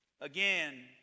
again